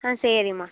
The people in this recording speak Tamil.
ஆ சரிம்மா